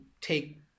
take